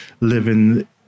living